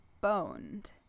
boned